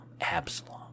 Absalom